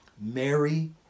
Mary